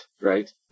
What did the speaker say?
Right